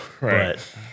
Right